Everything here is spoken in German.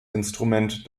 instrument